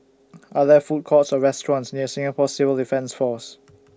Are There Food Courts Or restaurants near Singapore Civil Defence Force